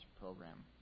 program